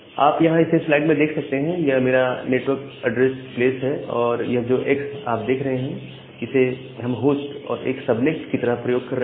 आप यहां इसे स्लाइड में देख सकते हैं यह मेरा नेटवर्क एड्रेस प्लेस है और यह जो एक्स आप देख रहे हैं इसे हम होस्ट और एक सबनेट की तरह प्रयोग कर सकते हैं